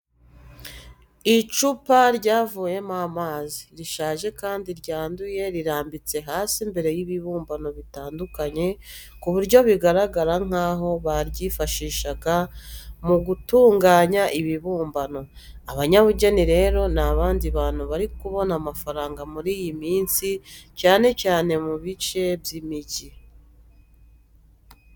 Icupa ryavuyemo amazi, rishaje kandi ryanduye rirambitse hasi imbere y'ibibumbano bitandukanye ku buryo bigaragara nk'aho baryifashishaga mu gutunganya ibibumbano. Abanyabugeni rero ni abandi bantu bari kubona amafaranga muri iyi minsi cyane cyane mu bice by'imigi.